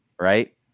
Right